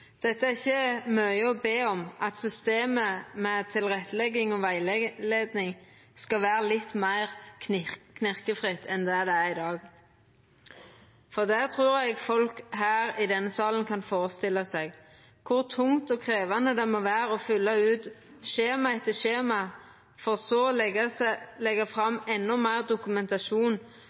er ikkje mykje å be om at systemet med tilrettelegging og rettleiing skal vera litt meir knirkefritt enn det er i dag. Eg trur folk her i salen kan førestilla seg kor tungt og krevjande det må vera å fylla ut skjema etter skjema for så å leggja fram endå meir dokumentasjon,